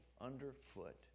underfoot